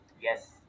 Yes